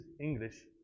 English